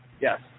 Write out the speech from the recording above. Yes